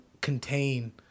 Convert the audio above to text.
contain